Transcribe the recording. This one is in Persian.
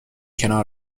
کنار